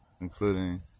including